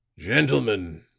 gentlemen,